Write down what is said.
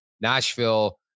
Nashville